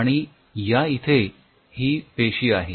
आणि या इथे ही पेशी आहे